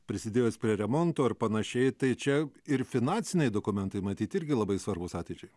prisidėjus prie remonto ar panašiai tai čia ir finansiniai dokumentai matyt irgi labai svarbūs ateičiai